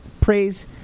praise